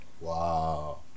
Wow